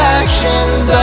actions